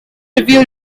review